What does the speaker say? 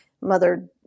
mother